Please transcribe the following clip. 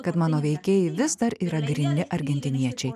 kad mano veikėjai vis dar yra gryni argentiniečiai